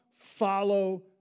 follow